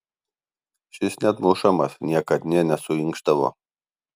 šis net mušamas niekad nė nesuinkšdavo